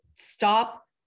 stop